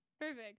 Perfect